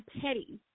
Petty